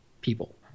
people